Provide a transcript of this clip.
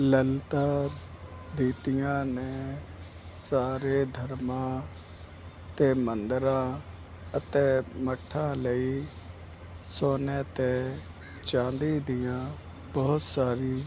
ਮੰਨਤਾਂ ਦਿੱਤੀਆਂ ਨੇ ਸਾਰੇ ਧਰਮਾਂ ਅਤੇ ਮੰਦਰਾਂ ਅਤੇ ਮੱਠਾਂ ਲਈ ਸੋਨੇ ਅਤੇ ਚਾਂਦੀ ਦੀਆਂ ਬਹੁਤ ਸਾਰੀ